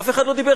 אף אחד לא דיבר.